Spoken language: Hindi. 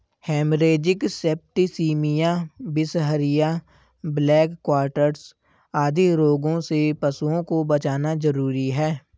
हेमरेजिक सेप्टिसिमिया, बिसहरिया, ब्लैक क्वाटर्स आदि रोगों से पशुओं को बचाना जरूरी है